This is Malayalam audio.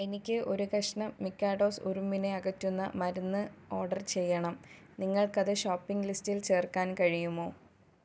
എനിക്ക് ഒരു കഷ്ണം മിക്കാഡോസ് ഉറുമ്പിനെ അകറ്റുന്ന മരുന്ന് ഓർഡർ ചെയ്യണം നിങ്ങൾക്ക് അത് ഷോപ്പിംഗ് ലിസ്റ്റിൽ ചേർക്കാൻ കഴിയുമോ